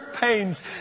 pains